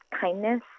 kindness